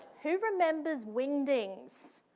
who remembers wingdings?